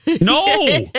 No